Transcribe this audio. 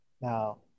Now